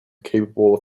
capable